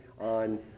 on